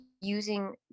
using